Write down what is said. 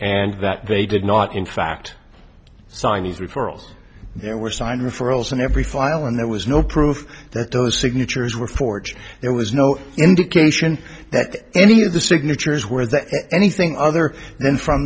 and that they did not in fact sign these referrals there were signed referrals in every file and there was no proof that those signatures were forged there was no indication that any of the signatures were the anything other than from